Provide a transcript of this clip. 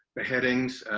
beheadings,